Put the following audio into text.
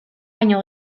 baino